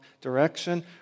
direction